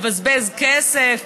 לבזבז כסף,